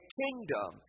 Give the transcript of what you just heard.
kingdom